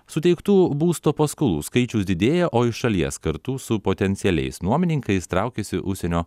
suteiktų būsto paskolų skaičius didėja o iš šalies kartu su potencialiais nuomininkais traukiasi užsienio